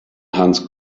hans